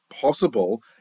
possible